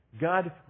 God